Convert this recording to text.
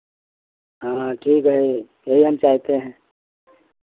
हाँ ठीक है यही हम चाहते हैं